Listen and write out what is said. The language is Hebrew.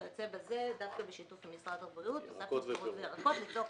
כאשר דווקא בשיתוף עם משרד הבריאות הוספנו פירות וירקות.